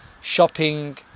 shopping